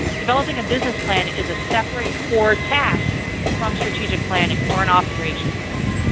developing a business plan is a separate core task from strategic planning or an operations plan.